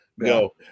No